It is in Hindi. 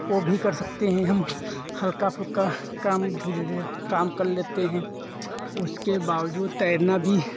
ओ भी कर सकते हैं हम हल्का फुल्का काम धीरे धीरे काम कर लेते हैं उसके बावजूद तैरना भी